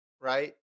right